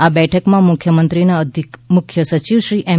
આ બેઠકમાં મુખ્યમંત્રીના અધિક મુખ્ય સચિવ શ્રી એમ